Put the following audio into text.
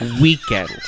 Weekend